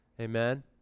Amen